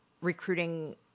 recruiting